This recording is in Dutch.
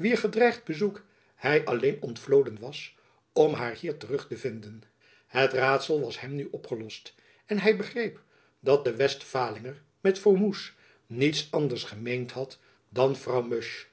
wier gedreigd bezoek hy alleen ontvloden was om haar hier terug te vinden het raadsel was hem nu opgelost eh hy begreep dat de westfalinger met frommoes niets anders gemeend had dan frau musch